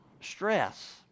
stress